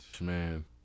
Man